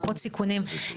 מפות סיכונים.